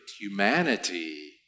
humanity